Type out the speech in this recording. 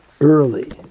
early